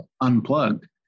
unplugged